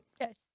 Yes